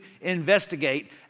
investigate